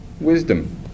wisdom